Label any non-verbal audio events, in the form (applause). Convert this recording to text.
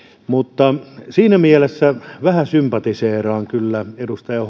mutta siinä mielessä vähän sympatiseeraan kyllä edustaja (unintelligible)